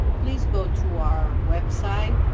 please go to our website. ah,